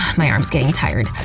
my arm's getting tired,